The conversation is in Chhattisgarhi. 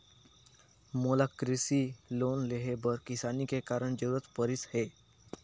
मोला कृसि लोन लेहे बर किसानी के कारण जरूरत परिस हे